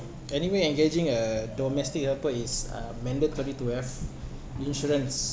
anyway engaging a domestic helper is uh mandatory to have insurance